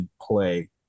play